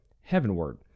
heavenward